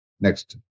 next